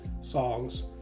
songs